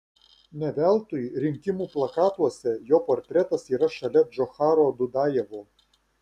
ne veltui rinkimų plakatuose jo portretas yra šalia džocharo dudajevo